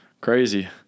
crazy